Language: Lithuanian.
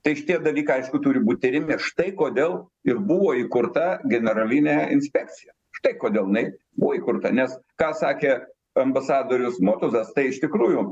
tik šitie dalykai aišku turi būt tiriami štai kodėl ir buvo įkurta generalinė inspekcija štai kodėl jinai buvo įkurta nes ką sakė ambasadorius motuzas tai iš tikrųjų